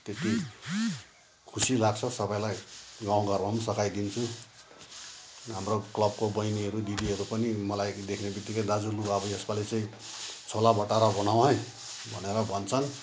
त्यति खुसी लाग्छ सबैलाई गाउँ घरमा पनि सघाइदिन्छु हाम्रो क्लबको बहिनीहरू दिदीहरू पनि मलाई देख्ने बित्तिकै दाजु लु अब यसपालि चाहिँ छोला बटोरा बनाउँ है भनेर भन्छन्